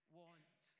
want